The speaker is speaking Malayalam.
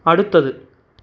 അടുത്തത്